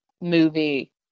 movie